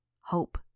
Hope